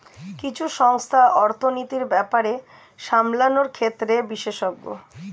কিছু সংস্থা অর্থনীতির ব্যাপার সামলানোর ক্ষেত্রে বিশেষজ্ঞ